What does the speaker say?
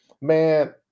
Man